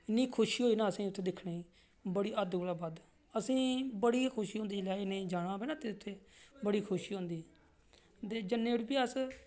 इन्नी खुशी होई ना असेंगी उत्थें दिक्खने दी बड़ी हद्द कोला बद्ध ते असें ई बड़ी खुशी होंदी ते जेल्लै जाना होऐ ना एह् नेही जगह ते बड़ी खुशी होंदी ते भी जन्ने उठी अस